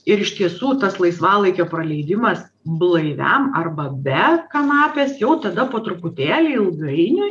ir iš tiesų tas laisvalaikio praleidimas blaiviam arba be kanapės jau tada po truputėlį ilgainiui